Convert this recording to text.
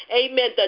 Amen